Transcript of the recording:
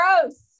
gross